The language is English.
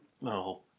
No